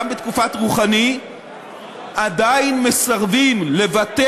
גם בתקופת רוחאני עדיין מסרבים לוותר